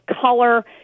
color